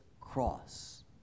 cross